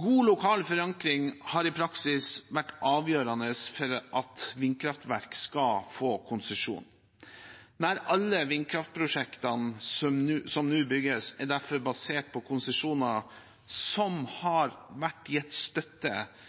God lokal forankring har i praksis vært avgjørende for at vindkraftverk skal få konsesjon. Nær alle vindkraftprosjektene som nå bygges, er derfor basert på konsesjoner som har fått støtte